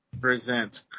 presents